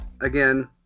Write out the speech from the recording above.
again